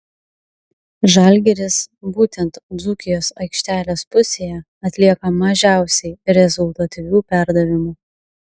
žalgiris būtent dzūkijos aikštelės pusėje atlieka mažiausiai rezultatyvių perdavimų